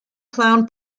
clown